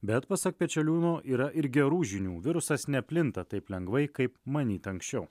bet pasak pečeliūno yra ir gerų žinių virusas neplinta taip lengvai kaip manyta anksčiau